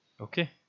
Okay